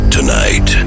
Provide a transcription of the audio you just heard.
Tonight